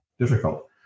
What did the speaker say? difficult